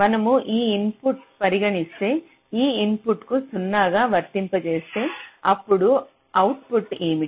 మనము ఈ ఇన్పుట్ను పరిగణిస్తే ఈ ఇన్పుట్కు 0 గా వర్తింపజేస్తే అప్పుడు అవుట్పుట్ ఏమిటి